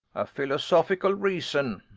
a philosophical reason.